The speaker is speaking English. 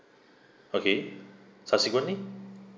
okay subsequently